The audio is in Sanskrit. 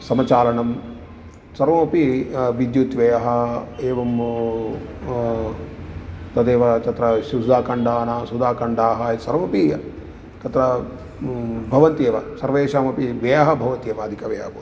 समाचारणं सर्वमपि विद्युत्व्ययः एवम् तदेव तत्र सुधाखण्डानां सुधाखण्डाः सर्वपि तत्र म् भवन्ति एव सर्वेषामपि व्ययः भवति एव अधिकव्ययः भवति